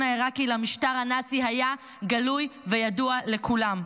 העיראקי לממשל הנאצי היה גלוי וידוע לכולם.